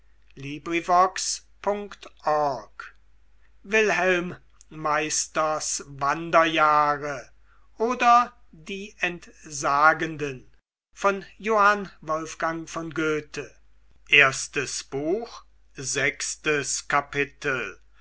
wilhelm meisters wanderjahre oder die entsagenden